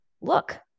Look